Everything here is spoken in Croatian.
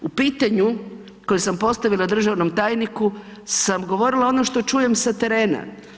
U pitanju koje sam postavila državnom tajniku sam govorila ono što čujem sa terena.